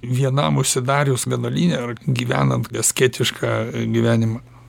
vienam užsidarius vienuolyne ar gyvenant asketišką gyvenimą